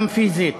גם פיזית,